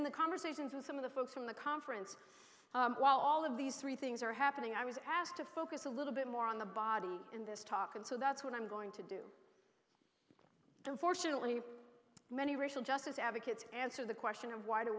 in the conversations with some of the folks from the conference while all of these three things are happening i was asked to focus a little bit more on the body in this talk and so that's what i'm going to do fortunately many racial justice advocates answer the question of wh